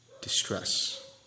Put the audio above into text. distress